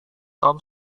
tom